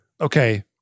okay